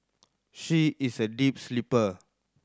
she is a deep sleeper